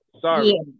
Sorry